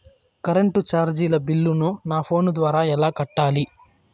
Current చార్జీల బిల్లును, నా ఫోను ద్వారా ఎలా కట్టాలి?